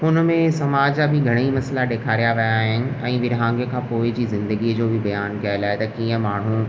हुन में सामाज या बि घणेई मसला ॾेखारिया विया आहिनि ऐं विरहांङे खां पोइ जी ज़िंदगीअ जो बि बयान कयुल आहे त कीअं माण्हू